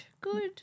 good